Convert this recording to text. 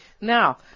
Now